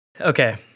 Okay